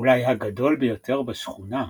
אולי הגדול ביותר בשכונה.